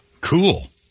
Cool